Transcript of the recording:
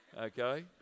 Okay